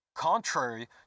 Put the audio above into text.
Contrary